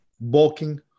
bulking